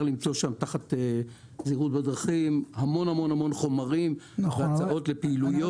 תחת זהירות בדרכים אפשר למצוא שם המון המון חומרים והצעות לפעילויות.